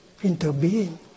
interbeing